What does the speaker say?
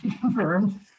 confirmed